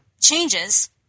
changes